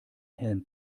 helm